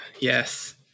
yes